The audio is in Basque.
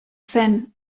zen